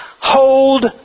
Hold